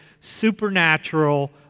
supernatural